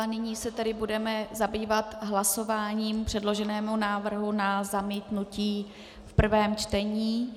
Nyní se tedy budeme zabývat hlasováním předloženého návrhu na zamítnutí v prvém čtení.